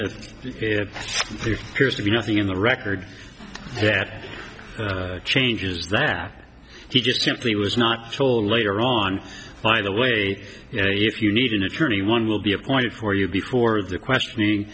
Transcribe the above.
to be nothing in the record that changes that he just simply was not told later on find a way if you need an attorney one will be appointed for you before the questioning